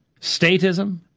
statism